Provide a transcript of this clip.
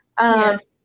Yes